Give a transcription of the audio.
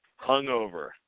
hungover